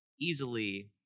easily